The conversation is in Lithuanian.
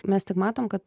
mes tik matom kad